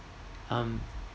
um